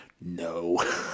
no